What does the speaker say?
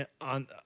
on